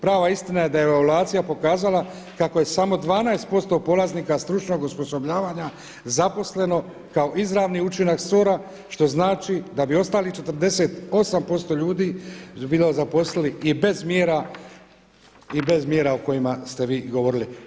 Prava istina je da evaluacija pokazala kako je samo 12% polaznika stručnog osposobljavanja zaposleno kao izravni učinak SOR-a što znači da bi ostalih 48% ljudi bilo zaposlili i bez mjera i bez mjera o kojima ste vi govorili.